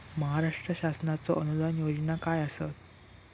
महाराष्ट्र शासनाचो अनुदान योजना काय आसत?